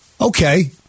Okay